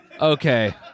okay